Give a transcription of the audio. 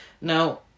Now